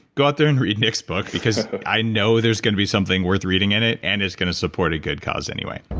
go out there and read nick's book because i know there's going to be something worth reading in it and is going to support a good cause anyway